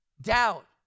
doubt